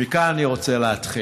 וכאן אני רוצה להתחיל,